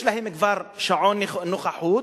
יש להם כבר שעון נוכחות,